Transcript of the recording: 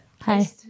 Hi